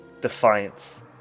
defiance